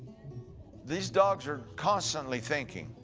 these dogs are constantly thinking.